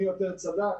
מי יותר צדק,